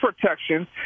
protection